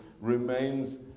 remains